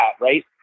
right